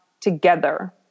together